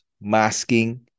masking